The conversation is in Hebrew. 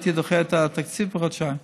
הייתי דוחה את התקציב בחודשיים.